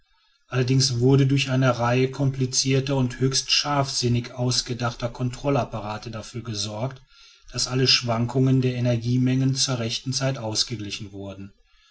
allerdings wurde durch eine reihe komplizierter und höchst scharfsinnig ausgedachter kontrollapparate dafür gesorgt daß alle schwankungen der energiemengen zur rechten zeit ausgeglichen wurden